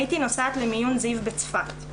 הייתי נוסעת למיון זיו בצפת,